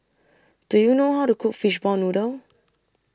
Do YOU know How to Cook Fishball Noodle